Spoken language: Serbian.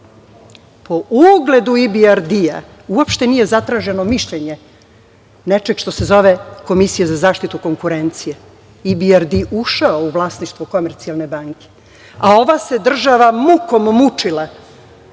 po ugledu IBRD uopšte nije zatraženo mišljenje nečeg što se zove Komisija za zaštitu konkurencije IBRD ušao u vlasništvo „Komercijalne banke“ a ova se država mukom mučila